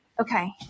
Okay